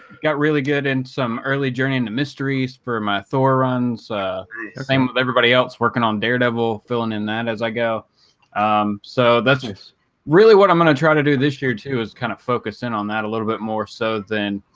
got really good in some early journey into mysteries for my thor runs same everybody else working on daredevil filling in that as i go um so that's just really what i'm gonna try to do this year too is kind of focus in on that a little bit more so than